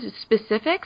specifics